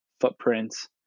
footprints